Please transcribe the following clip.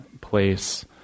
place